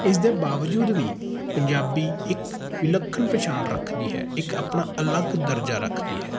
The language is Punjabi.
ਇਸਦੇ ਬਾਵਜੂਦ ਵੀ ਪੰਜਾਬੀ ਇੱਕ ਵਿਲੱਖਣ ਪਛਾਣ ਰੱਖਦੀ ਹੈ ਇੱਕ ਆਪਣਾ ਅਲੱਗ ਦਰਜਾ ਰੱਖਦੀ ਹੈ